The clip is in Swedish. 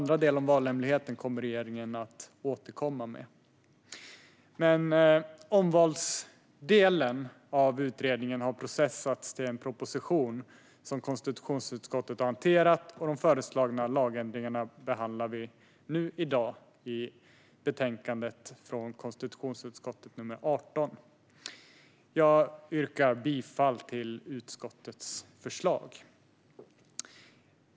Delen om valhemligheten kommer regeringen att återkomma med. Omvalsdelen av utredningen har alltså processats till en proposition som konstitutionsutskottet har hanterat, och vi behandlar i dag de föreslagna lagändringarna i konstitutionsutskottets betänkande KUl8. Jag yrkar bifall till utskottets förslag.